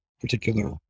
particular